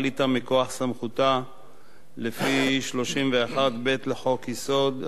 סמכותה לפי 31(ב) לחוק-יסוד: הממשלה,